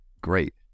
great